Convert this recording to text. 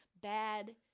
bad